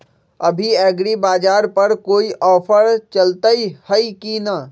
अभी एग्रीबाजार पर कोई ऑफर चलतई हई की न?